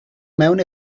mewn